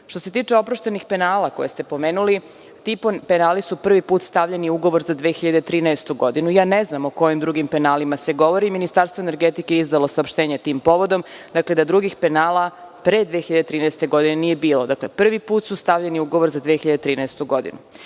se tiče oproštenih penala, ti penali su prvi put stavljeni u ugovor za 2013. godinu. Ne znam o kojim drugim penalima se govori. Ministarstvo energetike je izdalo saopštenje tim povodom. Drugih penala pre 2013. godine nije bilo. Prvi put su stavljeni u ugovor za 2013. godinu. Što